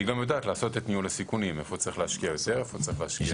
היא גם יודעת לעשות ניהול סיכונים איפה צריך להשקיע יותר ואיפה פחות.